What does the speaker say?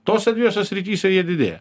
tose dviejose srityse jie didėja